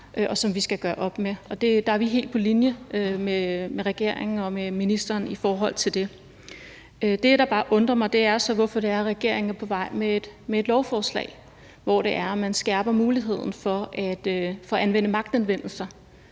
og som vi skal gøre op med. Der er vi helt på linje med regeringen og med ministeren i forhold til det. Det, der bare undrer mig, er, hvorfor regeringen så er på vej med et lovforslag, hvor man skærper muligheden for at bruge magtanvendelse.